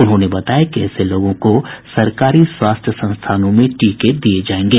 उन्होंने बताया कि ऐसे लोगों को सरकारी स्वास्थ्य संस्थानों में टीके दिये जायेंगे